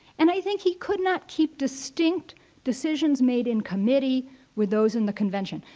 and i think he could not keep distinct decisions made in committee with those in the convention.